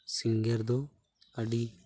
ᱥᱤᱝᱜᱟᱨ ᱫᱚ ᱟᱹᱰᱤ